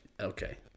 Okay